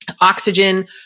oxygen